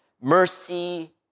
mercy